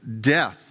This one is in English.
death